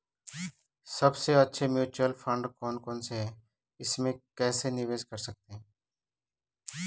सबसे अच्छे mutual fund कौन कौनसे हैं इसमें कैसे निवेश कर सकते हैं?